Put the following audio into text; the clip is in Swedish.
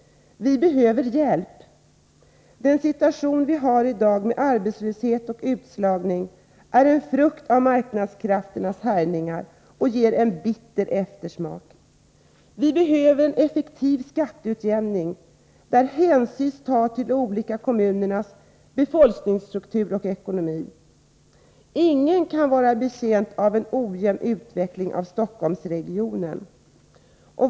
Vi behöver hjälp! Den situation vi har i dag med arbetslöshet och utslagning är en frukt av marknadskrafternas härjningar som ger en bitter eftersmak. Vi behöver en effektiv skatteutjämning, där hänsyn tas till de olika kommunernas befolkningsstruktur och ekonomi. Ingen kan vara betjänt av en ojämn utveckling inom Stockholmsregionen.